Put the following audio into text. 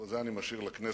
אבל את זה אני משאיר לכנסת.